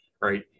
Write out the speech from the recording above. right